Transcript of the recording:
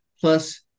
plus